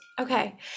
Okay